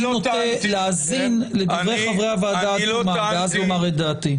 אני נוטה להאזין לדברי חברי הוועדה עד תומם ואז אומר את דעתי.